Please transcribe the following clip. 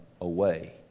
away